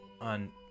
on